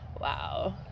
Wow